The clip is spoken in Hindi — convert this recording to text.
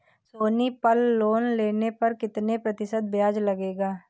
सोनी पल लोन लेने पर कितने प्रतिशत ब्याज लगेगा?